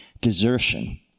Desertion